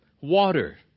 water